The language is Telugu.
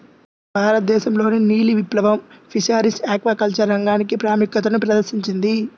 భారతదేశంలోని నీలి విప్లవం ఫిషరీస్ ఆక్వాకల్చర్ రంగానికి ప్రాముఖ్యతను ప్రదర్శించింది